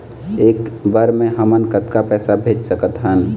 एक बर मे हमन कतका पैसा भेज सकत हन?